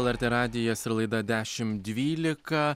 lrt radijas ir laida dešimt dvylika